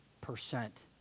percent